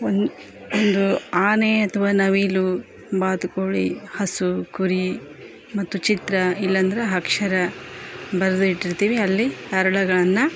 ಒಂದು ಒಂದು ಆನೆ ಅಥ್ವಾ ನವಿಲು ಬಾತುಕೋಳಿ ಹಸು ಕುರಿ ಮತ್ತು ಚಿತ್ರ ಇಲ್ಲಂದ್ರೆ ಅಕ್ಷರ ಬರೆದು ಇಟ್ಟಿರ್ತೀವಿ ಅಲ್ಲಿ ಹರಳುಗಳನ್ನ